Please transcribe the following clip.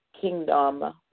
kingdom